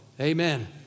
Amen